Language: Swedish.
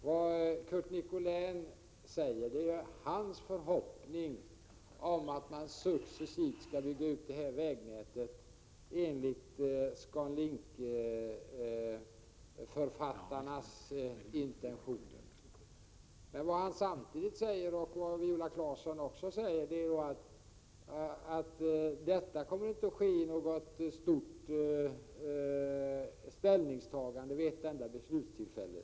Vad Curt Nicolin uttrycker är sin förhoppning om att man successivt skall bygga ut detta vägnät enligt de intentioner som författarna till ScanLinkprojektet har. Dessutom säger Curt Nicolin, liksom Viola Claesson, att frågan inte kommer att avgöras genom ställningstagande vid ett enda beslutstillfälle.